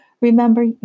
Remember